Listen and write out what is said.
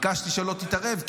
ביקשתי שלא תתערב,